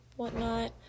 Whatnot